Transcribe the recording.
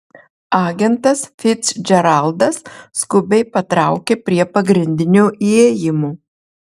agentas ficdžeraldas skubiai patraukia prie pagrindinio įėjimo